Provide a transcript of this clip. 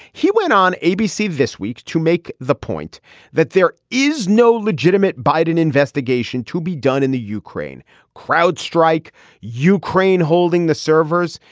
he went on abc this week to make the point that there is no legitimate biden investigation to be done in the ukraine crowd strike ukraine holding the servers.